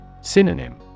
Synonym